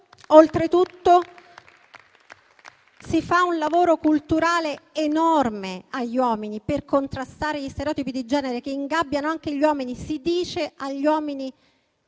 Oltretutto si fa un lavoro culturale enorme sugli uomini per contrastare gli stereotipi di genere, che ingabbiano anche loro. Si dice agli uomini: